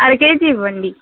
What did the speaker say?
అరకేజీ ఇవ్వండి